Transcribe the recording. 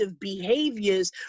behaviors